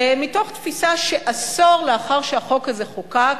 מתוך תפיסה שעשור לאחר שהחוק הזה חוקק,